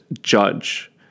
judge